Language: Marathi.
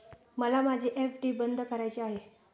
मला माझी एफ.डी बंद करायची आहे